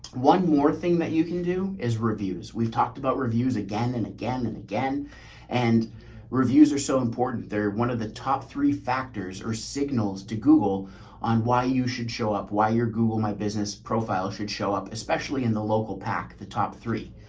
one more thing that you can do is reviews. we've talked about reviews again and again and again and again and reviews are so important. they're one of the top three factors or signals to google on why you should show up, why your google, my business profile should show up, especially in the local pack, the top three.